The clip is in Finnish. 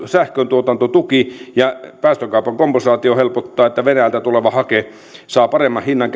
sähköntuotantotuki ja päästökaupan kompensaatio helpottavat että venäjältä tuleva hake saa paremman hinnan